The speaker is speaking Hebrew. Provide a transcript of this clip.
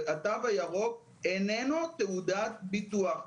התו הירוק איננו תעודת ביטוח.